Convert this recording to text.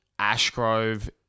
Ashgrove